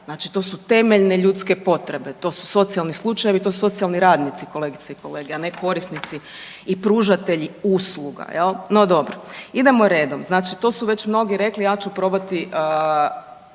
znači to su temeljne ljudske potrebe. To su socijalni slučajevi i to su socijalni radnici kolegice i kolege, a ne korisnici i pružateli usluga jel, no dobro. Idemo redom, znači to su već mnogi rekli, ja ću probati